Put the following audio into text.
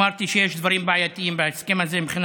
אמרתי שיש דברים בעייתיים בהסכם הזה מבחינה